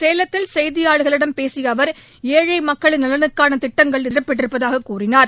சேலத்தில் செய்தியாளர்களிடம் பேசிய அவர் ஏழை மக்களின் நலனுக்கான திட்டங்கள் இதில் இடம்பெற்றிருப்பதாகக் கூறினார்